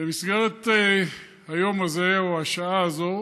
במסגרת היום הזה, או השעה הזאת,